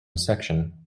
section